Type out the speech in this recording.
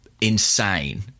insane